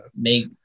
make